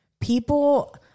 people